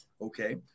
Okay